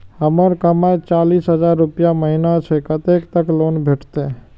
हमर कमाय चालीस हजार रूपया महिना छै कतैक तक लोन भेटते?